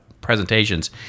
presentations